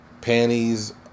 panties